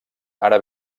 ara